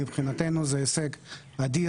מבחינתנו זה הישג אדיר,